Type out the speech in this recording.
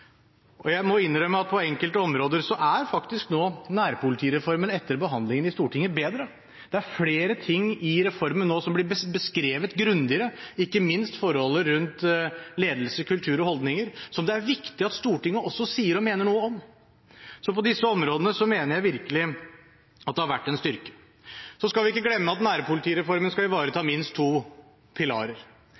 er. Jeg må innrømme at på enkelte områder er nærpolitireformen etter behandlingen i Stortinget faktisk bedre. Det er flere ting i reformen som blir beskrevet grundigere, ikke minst forholdet rundt ledelse, kultur og holdninger, som det er viktig at Stortinget sier og mener noe om. På disse områdene mener jeg virkelig at det har vært en styrke. Så skal vi ikke glemme at nærpolitireformen skal ivareta minst to pilarer.